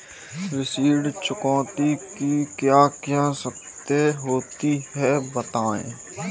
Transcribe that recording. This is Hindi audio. ऋण चुकौती की क्या क्या शर्तें होती हैं बताएँ?